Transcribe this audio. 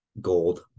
gold